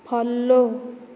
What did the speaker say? follow